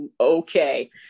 okay